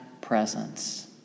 presence